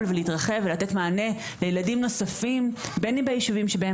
ולהתרחב ולתת מענה לילדים נוספים בין אם ביישובים שבהם